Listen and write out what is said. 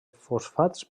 fosfats